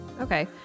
Okay